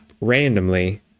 randomly